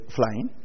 flying